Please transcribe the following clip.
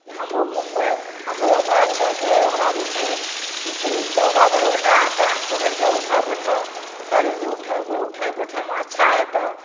हमहूँ घुमबै हमरो कहलकै जे ओकरा जे छै जे चौदह बेर उल्टा कान पकड़िके उठऽ बैठऽ तऽ शरीर जे उठऽ उठै बैठैमे अच्छा हेतऽ